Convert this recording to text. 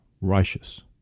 righteous